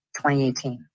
2018